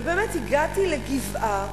ובאמת הגעתי לגבעה,